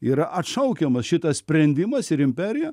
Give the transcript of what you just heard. yra atšaukiamas šitas sprendimas ir imperija